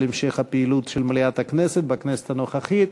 המשך הפעילות של מליאת הכנסת בכנסת הנוכחית.